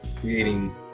creating